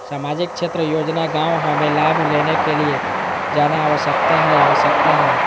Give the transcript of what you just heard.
सामाजिक क्षेत्र योजना गांव हमें लाभ लेने के लिए जाना आवश्यकता है आवश्यकता है?